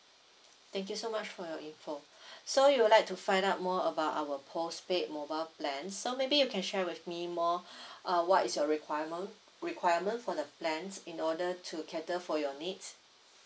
thank you so much for your info so you would like to find out more about our postpaid mobile plan so maybe you can share with me more uh what is your requirement requirement for the plans in order to cater for your needs